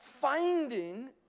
finding